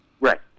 Right